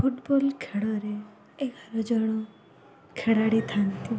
football ଖେଳରେ ଏଗାର ଜଣ ଖେଳାଳି ଥାନ୍ତି